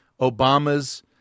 Obama's